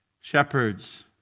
shepherds